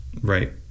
Right